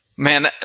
Man